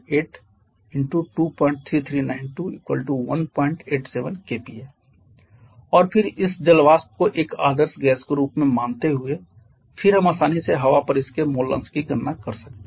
Pvap ϕPsat 08 23392 187 kPa और फिर इस जल वाष्प को एक आदर्श गैस के रूप में मानते हुए फिर हम आसानी से हवा पर इसके मोल अंश की गणना कर सकते हैं